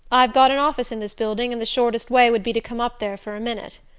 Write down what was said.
i've got an office in this building and the shortest way would be to come up there for a minute.